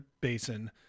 Basin